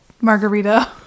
margarita